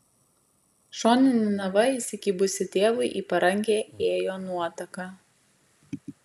šonine nava įsikibusi tėvui į parankę ėjo nuotaka